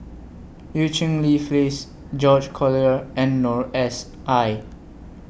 EU Cheng Li Phyllis George Collyer and Noor S I